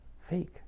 fake